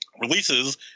releases